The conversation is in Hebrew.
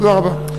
תודה רבה.